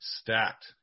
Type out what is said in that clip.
stacked